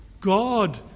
God